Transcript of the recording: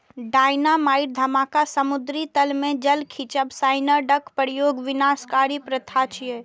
dynamite धमाका, समुद्री तल मे जाल खींचब, साइनाइडक प्रयोग विनाशकारी प्रथा छियै